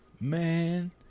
man